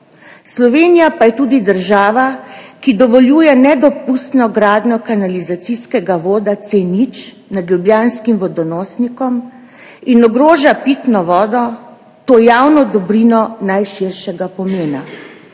Slovenija pa je tudi država, ki dovoljuje nedopustno gradnjo kanalizacijskega voda C0 nad ljubljanskim vodonosnikom in ogroža pitno vodo, to javno dobrino najširšega pomena.